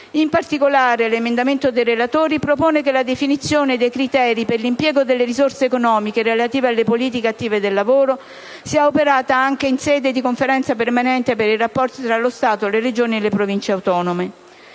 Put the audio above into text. In particolare, l'emendamento 5.500 (testo corretto) dei relatori propone che la definizione dei criteri per l'impiego delle risorse economiche, relative alle politiche attive del lavoro, sia operata anche in sede di Conferenza permanente per i rapporti tra lo Stato, le Regioni e le Province autonome.